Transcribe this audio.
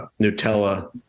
Nutella